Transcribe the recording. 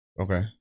Okay